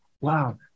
wow